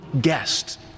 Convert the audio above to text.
guest